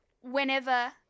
whenever